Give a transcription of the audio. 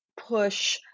push